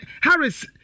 Harris